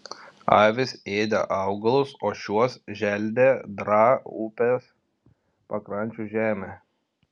avys ėdė augalus o šiuos želdė draa upės pakrančių žemė